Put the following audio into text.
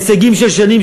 הישגים של שנים,